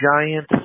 giant